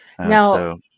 Now